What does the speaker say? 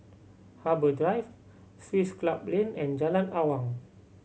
Harbour Drive Swiss Club Lane and Jalan Awang